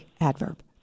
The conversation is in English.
adverb